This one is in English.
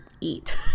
eat